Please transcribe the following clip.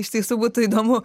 iš tiesų būtų įdomu